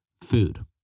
food